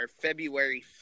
February